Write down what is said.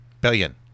Billion